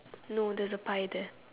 no there's a pie there